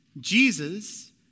Jesus